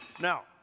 Now